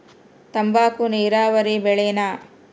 ತಂಬಾಕು ನೇರಾವರಿ ಬೆಳೆನಾ?